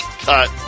cut